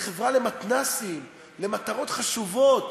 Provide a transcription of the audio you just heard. לחברה למתנ"סים, למטרות חשובות,